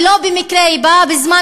ולא במקרה היא באה בזמן,